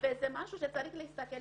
וזה משהו שצריך להסתכל,